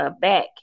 back